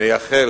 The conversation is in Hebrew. נייחל